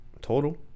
total